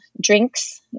drinks